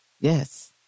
Yes